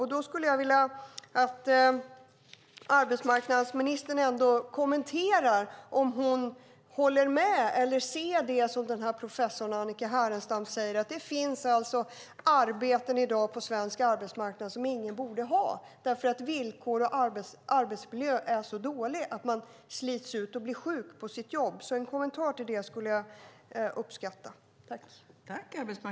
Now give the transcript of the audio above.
Jag skulle vilja höra om arbetsmarknadsministern håller med om det som professor Annika Härenstam säger, att det i dag finns arbeten på svensk arbetsmarknad som ingen borde ha därför att villkor och arbetsmiljö är så dåliga att man slits ut och blir sjuk av sitt jobb. En kommentar till detta skulle jag uppskatta.